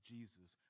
Jesus